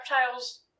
reptiles